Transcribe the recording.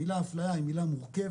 המילה אפליה היא מילה מורכבת,